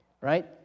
right